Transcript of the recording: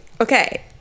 Okay